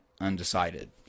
undecided